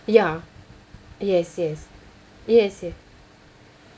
ya yes yes yes yes